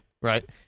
right